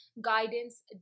guidance